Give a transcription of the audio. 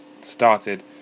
started